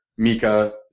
Mika